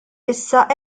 issa